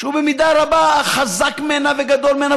שהוא במידה רבה חזק ממנה וגדול ממנה,